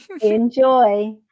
Enjoy